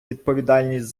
відповідальність